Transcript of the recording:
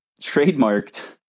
trademarked